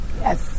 Yes